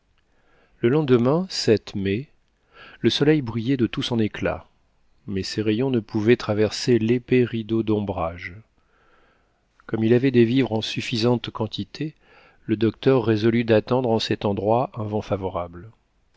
le lendemain mai le soleil brillait de tout son éclat mais ses rayons ne pouvaient traverser l'épais rideau d'ombrage comme il avait des vivres en suffisante quantité le docteur résolut d'attendre en cet endroit un vent favorable